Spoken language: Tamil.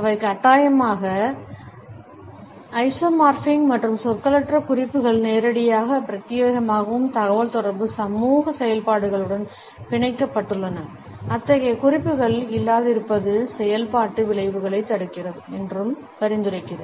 அவை கட்டாயமாக ஐசோமார்பிக் மற்றும் சொற்களற்ற குறிப்புகள் நேரடியாகவும் பிரத்தியேகமாகவும் தகவல்தொடர்பு சமூக செயல்பாடுகளுடன் பிணைக்கப்பட்டுள்ளன அத்தகைய குறிப்புகள் இல்லாதிருப்பது செயல்பாட்டு விளைவுகளைத் தடுக்கிறது என்றும் பரிந்துரைக்கிறேன்